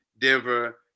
Denver